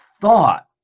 thought